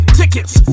tickets